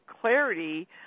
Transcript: clarity